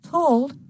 Told